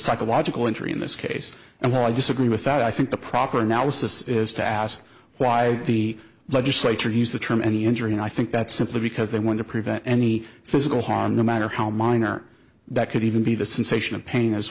psychological injury in this case and while i disagree with that i think the proper analysis is to ask why the legislature use the term any injury and i think that simply because they want to prevent any physical harm no matter how minor that could even be the sensation of pain as